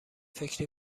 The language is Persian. فکری